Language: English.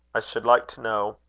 i should like to know